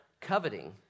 Coveting